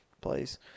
please